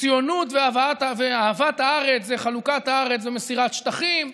וציונות ואהבת הארץ זה חלוקת הארץ ומסירת שטחים,